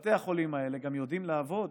בתי החולים האלה גם יודעים לעבוד